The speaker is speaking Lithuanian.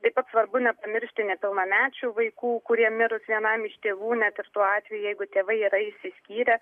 taip pat svarbu nepamiršti nepilnamečių vaikų kurie mirus vienam iš tėvų net ir tuo atveju jeigu tėvai yra išsiskyrę